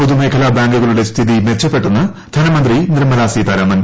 പൊതുമേഖലാ ബാങ്കുകളുടെ സ്ഥിതി മെച്ചെപ്പെട്ടെന്ന് ധനമന്ത്രി നിർമ്മലാ സീതാരാമൻ